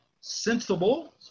sensible